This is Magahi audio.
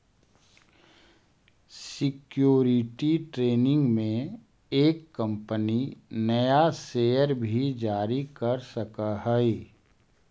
सिक्योरिटी ट्रेनिंग में एक कंपनी नया शेयर भी जारी कर सकऽ हई